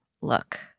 look